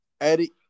Eddie